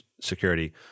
security